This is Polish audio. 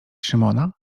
szymona